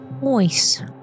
Voice